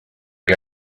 que